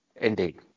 Indeed